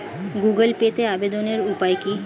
Google পেতে আবেদনের উপায় কি?